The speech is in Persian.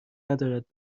ندارد